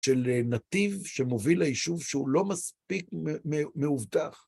של נתיב שמוביל ליישוב שהוא לא מספיק מאובטח.